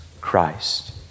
Christ